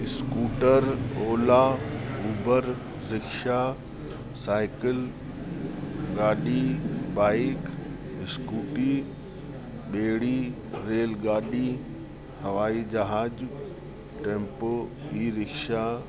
scooter Ola Uber rickshaw cycle गाॾी bike Scooty ॿेड़ी rail गाॾी हवाइ जहाज टैम्पो ई रिक्शा